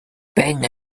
bang